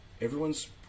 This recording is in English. everyone's